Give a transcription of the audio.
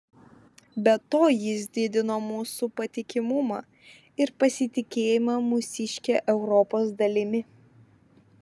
be to jis didino mūsų patikimumą ir pasitikėjimą mūsiške europos dalimi